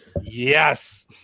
Yes